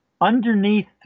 underneath